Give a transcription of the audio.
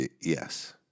Yes